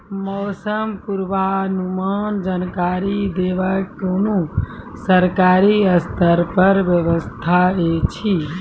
मौसम पूर्वानुमान जानकरी देवाक कुनू सरकारी स्तर पर व्यवस्था ऐछि?